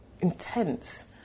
intense